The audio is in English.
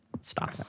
stop